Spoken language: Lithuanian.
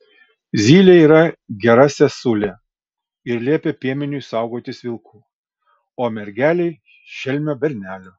zylė yra gera sesulė ir liepia piemeniui saugotis vilkų o mergelei šelmio bernelio